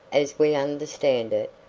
as we understand it,